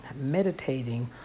Meditating